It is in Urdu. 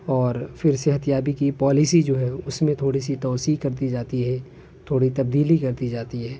اور پھر صحتیابی کی پولیسی جو ہے اس میں تھوڑی سی توسیع کر دی جاتی ہے تھوڑی تبدیلی کر دی جاتی ہے